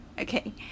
Okay